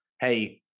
hey